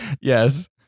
Yes